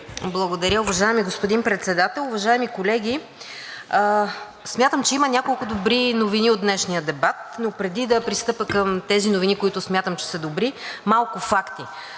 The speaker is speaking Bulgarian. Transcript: Благодаря. Уважаеми господин Председател, уважаеми колеги! Смятам, че има няколко добри новини от днешния дебат, но преди да пристъпя към тези новини, които смятам, че са добри – малко факти.